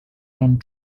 and